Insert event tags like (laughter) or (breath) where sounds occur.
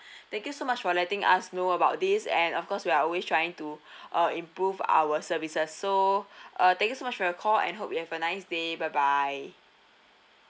(breath) thank you so much for letting us know about this and of course we are always trying to uh improve our services so (breath) uh thank you so much for your call and hope you have a nice day bye bye